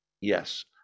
Yes